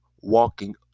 walking